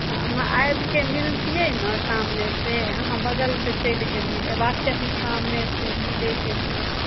तऽ अहाँ आबिके मिलतियै ने सामनेसँ अहाँ बगलसँ चलि गेलियै एबाक चाही सामनेसँ मिलयके लिये